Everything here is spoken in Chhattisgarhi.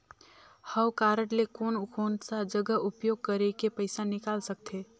हव कारड ले कोन कोन सा जगह उपयोग करेके पइसा निकाल सकथे?